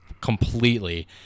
completely